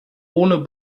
ohne